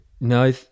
No